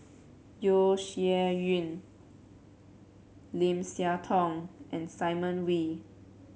Yeo Shih Yun Lim Siah Tong and Simon Wee